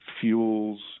fuels